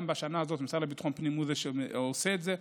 גם בשנה הזאת המשרד לביטחון פנים הוא זה שעושה את זה,